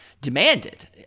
demanded